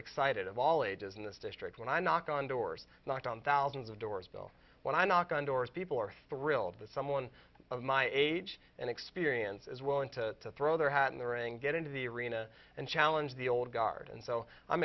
excited of all ages in this district when i knock on doors knocked on thousands of doors bill when i knock on doors people are thrilled that someone of my age and experience as well and to throw their hat in the ring get into the arena and challenge the old guard and so i'm